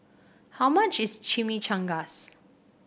how much is Chimichangas